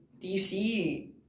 DC